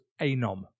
ANOM